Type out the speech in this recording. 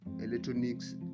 electronics